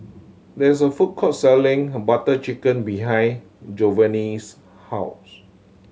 there is a food court selling Butter Chicken behind Jovanni's house